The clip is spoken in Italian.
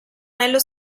anello